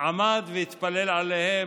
עמד והתפלל עליהם.